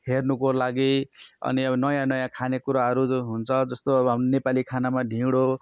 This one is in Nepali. हेर्नुको लागि अनि अब नयाँ नयाँ खानेकुराहरू हुन्छ जस्तो अब हाम्रो नेपाली खानामा ढिँडो